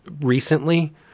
recently